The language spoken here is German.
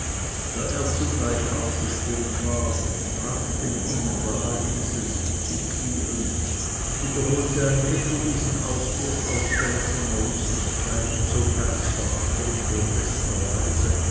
da er zugleich aufgesprungen war rasch dem innern der halbinsel sich zukehrend wiederholte ein echo diesen ausbruch ausgelassener lustigkeit in so geisterhafter und